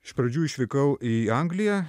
iš pradžių išvykau į angliją